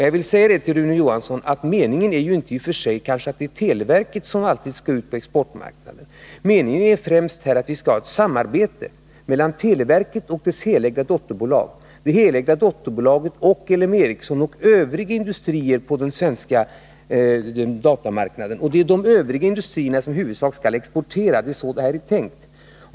Jag vill säga till Rune Johansson att meningen i och för sig inte är att televerket alltid skall ut på världsmarknaden. Meningen är främst att vi skall ha ett samarbete mellan televerket, dess helägda dotterbolag, L M Ericsson och övriga industrier på den svenska datamarknaden. Det är i huvudsak de övriga industrierna som skall exportera. Det är så här det är tänkt.